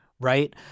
right